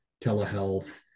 telehealth